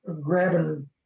grabbing